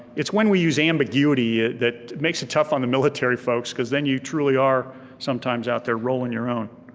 it's when we use ambiguity that makes it tough on the military folks cause then you truly are sometimes out there rolling your own.